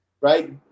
Right